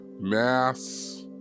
mass